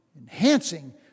enhancing